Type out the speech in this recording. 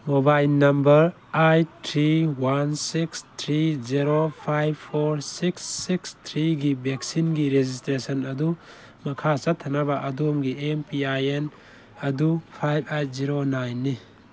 mobile number eight three one six three zero five four six six ꯊ꯭ꯔꯤꯒꯤ ꯕꯦꯛꯁꯤꯟꯒꯤ registration ꯑꯗꯨ ꯃꯈꯥ ꯆꯠꯊꯅꯕ ꯑꯗꯣꯝꯒꯤ ꯑꯦꯝ ꯄꯤ ꯑꯥꯏ ꯑꯦꯟ ꯑꯗꯨ ꯐꯥꯏꯞ ꯑꯩꯠ ꯖꯤꯔꯣ ꯅꯥꯏꯟꯅꯤ